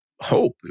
hope